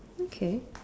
okay